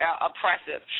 oppressive